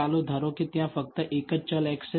ચાલો ધારો કે ત્યાં ફક્ત એક જ ચલ x છે